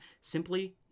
Simply